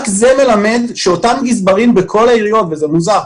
רק זה מלמד שאותם גזברים בכל העיריות וזה מוזר,